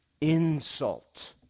insult